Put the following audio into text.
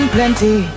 plenty